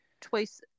twice